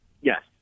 Yes